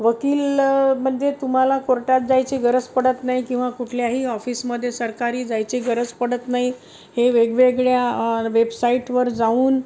वकील म्हणजे तुम्हाला कोर्टात जायची गरज पडत नाही किंवा कुठल्याही ऑफिसमध्ये सरकारी जायची गरज पडत नाही हे वेगवेगळ्या वेबसाईटवर जाऊन